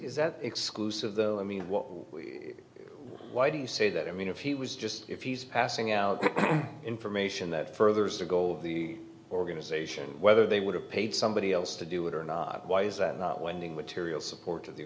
is that exclusive though i mean what why do you say that i mean if he was just if he's passing out information that furthers the goal of the organization whether they would have paid somebody else to do it or why is that a winning material support of the